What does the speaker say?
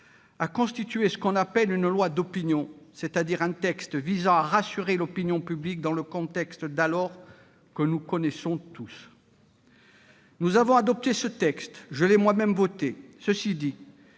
-, constitue ce que l'on appelle une « loi d'opinion », c'est-à-dire un texte visant à rassurer l'opinion publique dans le contexte d'alors, que nous connaissons tous. Nous avons adopté ce texte. Je l'ai moi-même voté. Cela dit,